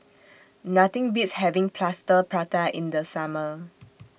Nothing Beats having Plaster Prata in The Summer